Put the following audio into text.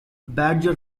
badger